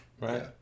Right